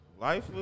Life